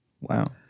Wow